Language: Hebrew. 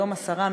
היום השרה,